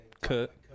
Cut